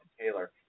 Taylor